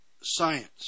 science